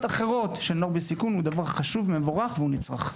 אחרות של נוער בסיכון הוא דבר חשוב ומבורך והוא נצרך.